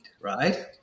right